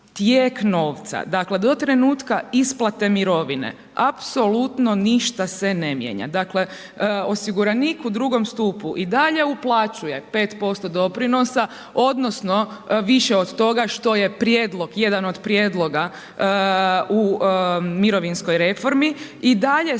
tijek novca. Dakle, do trenutka isplate mirovine apsolutno ništa se ne mijenja. Dakle, osiguranik u drugom stupu i dalje uplaćuje 5% doprinosa odnosno više od toga što je prijedlog, jedan od prijedloga u mirovinskoj reformi i dalje